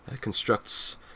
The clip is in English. constructs